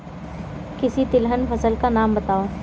किसी तिलहन फसल का नाम बताओ